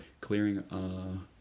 clearing